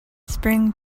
spring